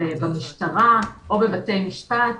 במשטרה, או בבתי משפט.